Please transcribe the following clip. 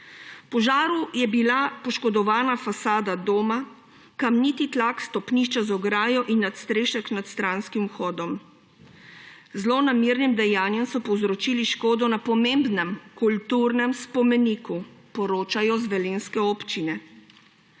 požaru je bila poškodovana fasada doma, kamniti tlak, stopnišče z ograjo in nadstrešek nad stranskim vhodom. Z zlonamernim dejanjem so povzročili škodo na pomembnem kulturnem spomeniku, poročajo z velenjske občine.